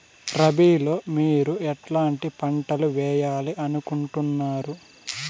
రబిలో మీరు ఎట్లాంటి పంటలు వేయాలి అనుకుంటున్నారు?